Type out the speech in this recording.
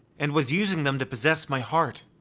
and was using them to possess my heart.